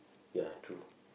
ya true